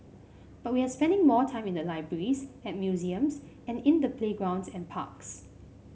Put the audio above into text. but we are spending more time in the libraries at museums and in the playgrounds and parks